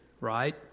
right